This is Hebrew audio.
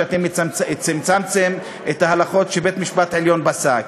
שאתם צמצמתם את ההלכות שבית-המשפט העליון פסק.